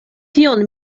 tion